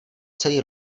celý